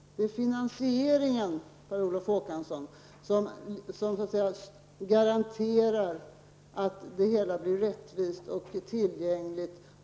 Det är finansieringssystemet, Per Olof Håkansson, som garanterar att det hela blir rättvist och tillgängligt.